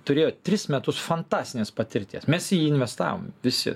turėjo tris metus fantastinės patirties mes į jį investavom visi